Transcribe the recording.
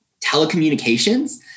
Telecommunications